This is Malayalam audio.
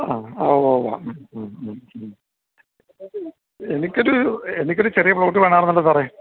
ആ ആ ഊവ്വ് ഊവ്വ് ഉം ഉം ഉം ഉം എനിക്കൊരു എനിക്കൊരു ചെറിയ പ്ലോട്ട് വേണമായിരുന്നല്ലോ സാറേ